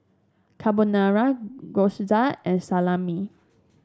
Carbonara Gyoza and Salami